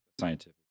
scientific